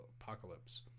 apocalypse